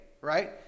right